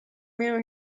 minu